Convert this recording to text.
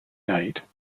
night